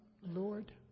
Lord